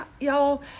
y'all